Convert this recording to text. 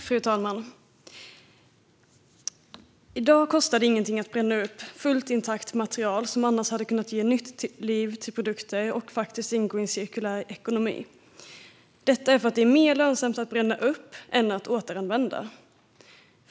Fru talman! I dag kostar det ingenting att bränna upp fullt intakt material, som hade kunnat ge nytt liv till produkter och ingå i en cirkulär ekonomi. Det är mer lönsamt att bränna upp än att återanvända.